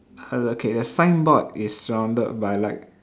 err okay the signboard is surrounded by light